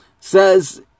says